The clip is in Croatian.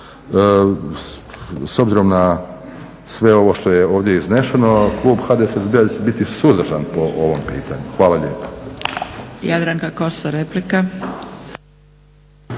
S obzirom na sve ovo što je ovdje iznešeno klub HDSSB-a će biti suzdržan po ovom pitanju. Hvala lijepo.